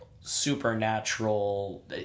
supernatural